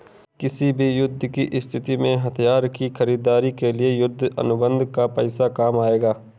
किसी भी युद्ध की स्थिति में हथियार की खरीदारी के लिए युद्ध अनुबंध का पैसा काम आएगा